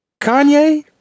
Kanye